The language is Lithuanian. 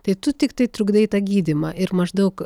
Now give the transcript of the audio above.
tai tu tiktai trukdai tą gydymą ir maždaug